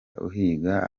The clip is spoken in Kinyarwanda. guhiga